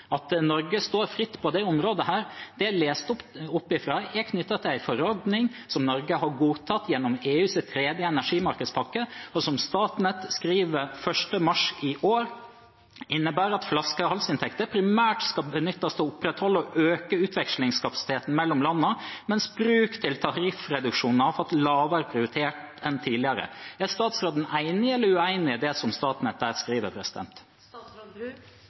at Norge står fritt på det området. Det jeg leste opp fra, er knyttet til en forordning som Norge har godtatt gjennom EUs tredje energimarkedspakke, og Statnett skriver 1. mars i år at det innebærer at flaskehalsinntekter «primært skal benyttes til å opprettholde/ øke utvekslingskapasiteten mellom landene, mens bruk til tariffreduksjon har fått lavere prioritet enn tidligere». Er statsråden enig eller uenig i det som Statnett her skriver?